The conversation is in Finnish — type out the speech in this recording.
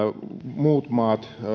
muut maat